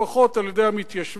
לפחות אצל המתיישבים